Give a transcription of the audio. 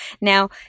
Now